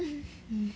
um